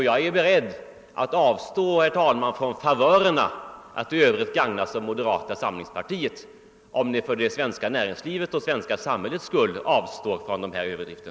Jag är beredd att avstå från favörerna att gagnas av moderata samlingspartiet, om man där för det svenska näringslivets och för det svenska samhällets skull avstår från dessa överdrifter.